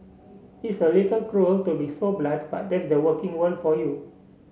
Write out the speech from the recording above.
it's a little cruel to be so blunt but that's the working world for you